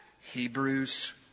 Hebrews